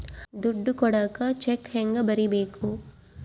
ದುಡ್ಡು ಕೊಡಾಕ ಚೆಕ್ ಹೆಂಗ ಬರೇಬೇಕು?